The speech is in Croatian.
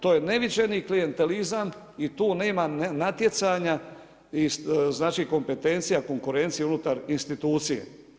To je neviđeni klijentelizam i tu nema natjecanja i kompetencija, konkurencija unutar institucije.